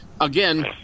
again